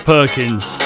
Perkins